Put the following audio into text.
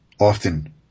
often